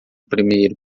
primeiro